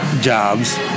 jobs